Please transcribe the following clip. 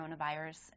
coronavirus